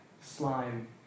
slime